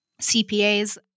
CPAs